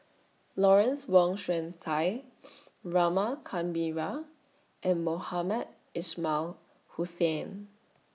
Lawrence Wong Shyun Tsai Rama Kannabiran and Mohamed Ismail Hussain